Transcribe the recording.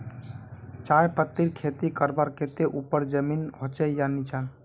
चाय पत्तीर खेती करवार केते ऊपर जमीन होचे या निचान?